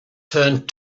turned